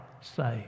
saved